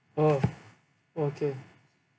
oh okay